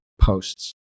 posts